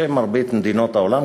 שמרבית מדינות העולם,